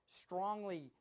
strongly